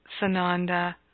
Sananda